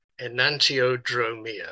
enantiodromia